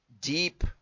Deep